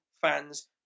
fans